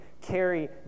carry